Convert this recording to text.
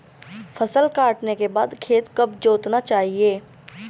फसल काटने के बाद खेत कब जोतना चाहिये?